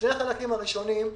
שני החלקים הראשונים,